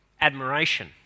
admiration